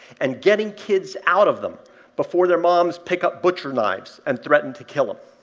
and getting kids out of them before their moms pick up butcher knives and threaten to kill them.